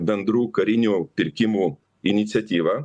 bendrų karinių pirkimų iniciatyvą